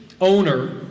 owner